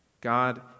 God